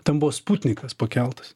ten buvo sputnykas pakeltas